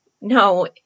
No